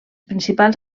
principals